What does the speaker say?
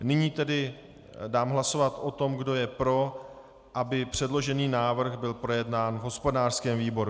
Nyní tedy dám hlasovat o tom, kdo je pro, aby předložený návrh byl projednán v hospodářském výboru.